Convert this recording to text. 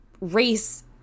race